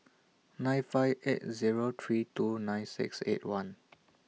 nine five eight Zero three two nine six eight one